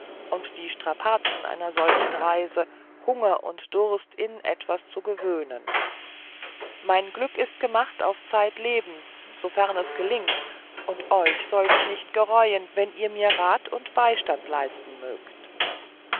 und die strapazen einer solchen reise hunger und durst in etwas zu gewöhnen mein glück ist gemacht auf zeitlebens wofern es gelingt und euch soll's nicht gereuen wenn ihr mir rat und beistand leisten mögt